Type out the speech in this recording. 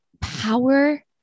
power